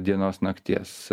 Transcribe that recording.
dienos nakties